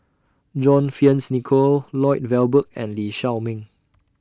John Fearns Nicoll Lloyd Valberg and Lee Shao Meng